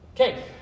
Okay